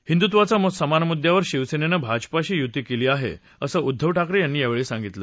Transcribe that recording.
हिंदुत्वाच्या समान मुद्यावर शिवसेनेनं भाजपाशी युती केली आहे असं उद्दव ठाकरे यांनी यावेळी सांगितलं